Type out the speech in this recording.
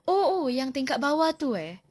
oh oh yang tingkat bawah itu eh